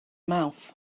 mouth